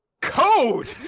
Code